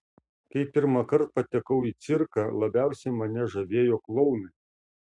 kai pirmąkart patekau į cirką labiausiai mane žavėjo klounai